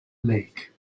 lake